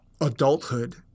adulthood